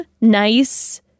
nice